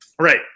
right